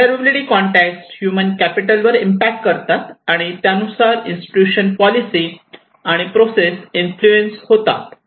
vulnerability context human capital वर impact करतात आणि त्यानुसार इन्स्टिट्यूशन पॉलिसी आणि प्रोसेस इन्फ्लुएन्स होतात